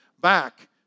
back